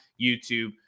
YouTube